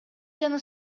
жана